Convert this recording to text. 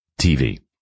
TV